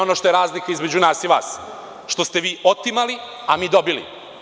Ono što je razlika između nas i vas je što ste vi otimali, a mi dobili.